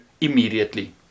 immediately